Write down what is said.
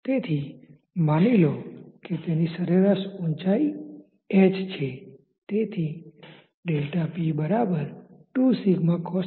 તેથી માની લો કે તેની સરેરાશ ઊંચાઈ h છે